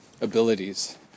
abilities